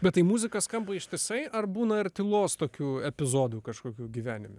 bet tai muzika skamba ištisai ar būna ir tylos tokių epizodų kažkokių gyvenime